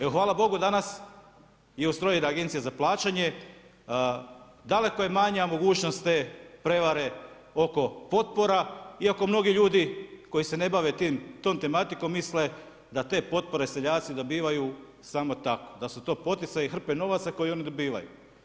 Evo hvala Bogu danas je ustrojena Agencija za plaćanje, daleko je manja mogućnost te prevare oko potpora iako mnogi ljudi koji se ne bave tom tematikom misle da te potpore seljaci dobivaju samo tako, da su to poticaji i hrpe novaca koje oni dobivaju.